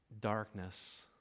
Darkness